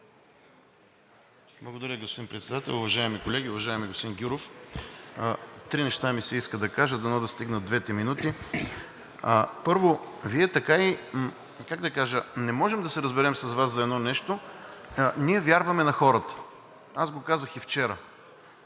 Благодаря, господин Председател. Уважаеми колеги! Уважаеми господин Гюров, три неща ми се иска да кажа, дано да стигнат двете минути. Първо, как да кажа, не можем да се разберем с Вас за едно нещо. Ние вярваме на хората, аз го казах и вчера.